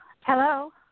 Hello